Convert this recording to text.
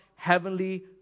heavenly